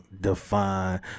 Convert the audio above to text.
Define